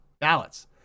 ballots